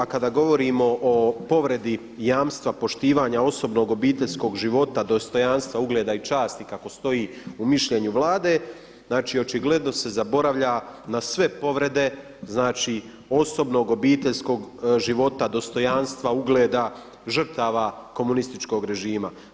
A kada govorimo o povredi jamstva poštivanja osobnog, obiteljskog života, dostojanstva, ugleda i časti kako stoji u mišljenju Vlade, znači očigledno se zaboravlja na sve povrede, znači osobnog, obiteljskog života, dostojanstva, ugleda, žrtava komunističkog režima.